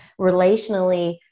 relationally